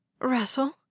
Russell